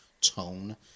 tone